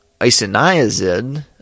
isoniazid